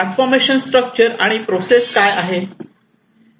transformation structure आणि process काय आहे